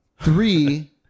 three